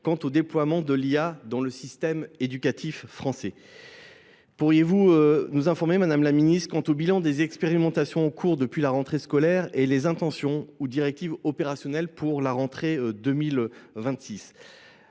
quant au déploiement de l'IA dans le système éducatif français. Pourriez-vous nous informer, Madame la Ministre, quant au bilan des expérimentations au cours depuis la rentrée scolaire et les intentions ou directives opérationnelles pour la rentrée 2026 ?